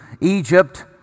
Egypt